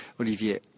Olivier